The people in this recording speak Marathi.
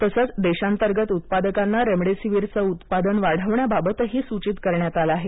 तसेच देशांतर्गत उत्पादकांना रेमडिसीवीरचं उत्पादन वाढवण्याबाबतही सुचित करण्यात आलं आहे